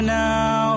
now